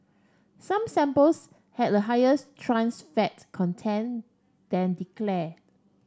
some samples had a highers trans fat content than declared